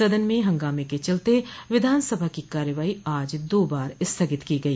सदन में हंगामे के चलते विधानसभा की कार्यवाही आज दो बार स्थगित की गई